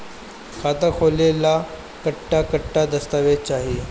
खाता खोले ला कट्ठा कट्ठा दस्तावेज चाहीं?